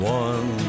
one